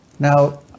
Now